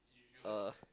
uh